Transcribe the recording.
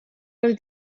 los